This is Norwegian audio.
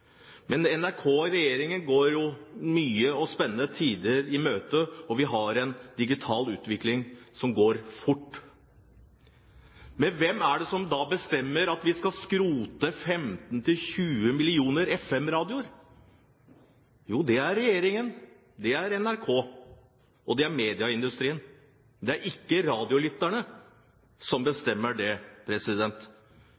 Men NRK og regjeringen går nye og spennende tider i møte, og vi har en digital utvikling som går fort. Hvem er det som bestemmer at vi skal skrote 15–20 millioner FM-radioer? Jo, det er regjeringen, NRK og medieindustrien. Det er ikke radiolytterne som